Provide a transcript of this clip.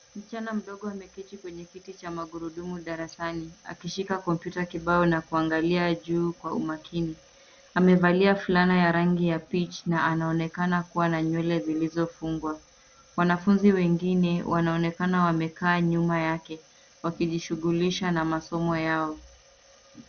Msichana mdogo ameketi kwenye kiti cha magurudumu darasani akishika kompyuta kibao na kuangalia juu kwa umakini. Amevalia fulana ya rangi ya peach na anaonekana kuwa na nywele zilizofungwa. Wanafunzi wengine wanaonekana wamekaa nyuma yake wakishughulisha na masomo yao.